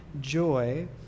joy